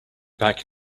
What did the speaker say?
back